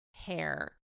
hair